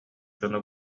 дьоно